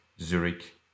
Zurich